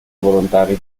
volontari